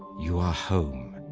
you are home,